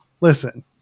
listen